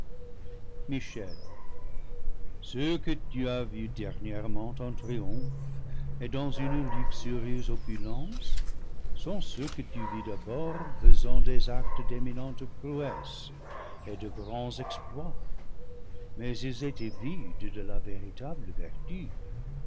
michel ceux que tu as vus dernièrement en triomphe et dans une luxurieuse opulence sont ceux que tu vis d'abord faisant des actes d'éminente prouesse et de grands exploits mais ils étaient vides de la véritable vertu